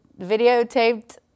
videotaped